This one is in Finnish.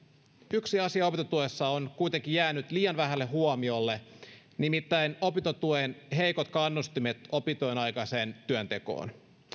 yksi asia opintotuessa on kuitenkin jäänyt liian vähälle huomiolle nimittäin opintotuen heikot kannustimet opintojenaikaiseen työntekoon